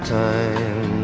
time